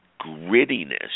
grittiness